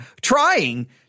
trying